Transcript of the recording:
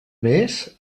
més